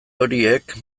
horiek